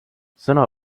sõna